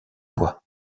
bois